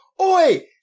Oi